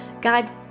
God